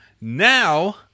now